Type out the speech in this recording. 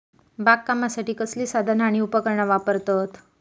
बागकामासाठी कसली साधना आणि उपकरणा वापरतत?